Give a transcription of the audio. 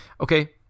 okay